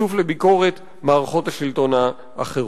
חשוף לביקורת מערכות השלטון האחרות.